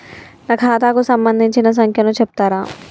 నా ఖాతా కు సంబంధించిన సంఖ్య ను చెప్తరా?